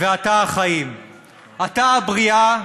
אתה החיים / אתה הבריאה,